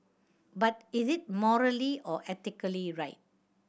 but is it morally or ethically right